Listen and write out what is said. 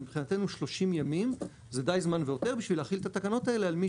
אז מבחינתנו 30 ימים זה די זמן והותר בשביל להחיל את התקנות האלה על מי